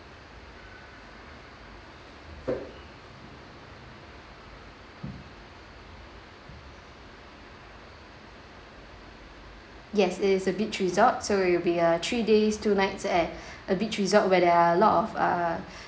yes it is a beach resort so it'll be a three days two nights at a beach resort where there are a lot of err